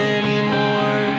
anymore